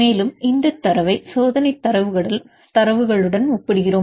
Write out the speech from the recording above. மேலும் இந்த தரவை சோதனை தரவுகளுடன் ஒப்பிடுகிறோம்